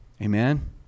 Amen